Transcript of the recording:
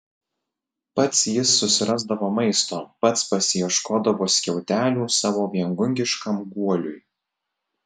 pats jis susirasdavo maisto pats pasiieškodavo skiautelių savo viengungiškam guoliui